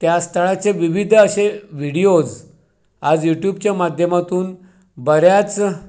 त्या स्थळाचे विविध असे विडियोज आज यूट्यूबच्या माध्यमातून बऱ्याच